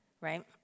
right